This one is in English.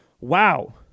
wow